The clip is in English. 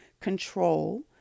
control